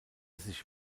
sich